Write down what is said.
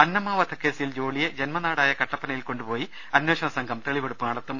അന്നമ്മ വധക്കേസിൽ ജോളിയെ ജന്മനാടായ കട്ടപ്പ നയിൽ കൊണ്ടുപോയി അന്വേഷണ സംഘം തെളിവെടുപ്പ് നടത്തും